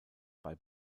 bei